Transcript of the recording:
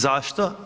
Zašto?